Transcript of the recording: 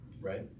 right